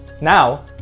Now